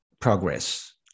progress